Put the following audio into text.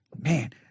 Man